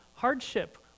Hardship